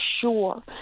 sure